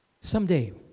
someday